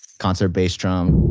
concert bass drum,